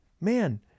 man